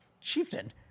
chieftain